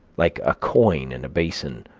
like a coin in a basin,